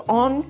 on